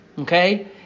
Okay